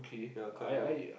ya quite long